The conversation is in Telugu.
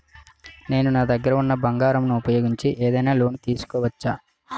నేను నా దగ్గర ఉన్న బంగారం ను ఉపయోగించి ఏదైనా లోన్ తీసుకోవచ్చా?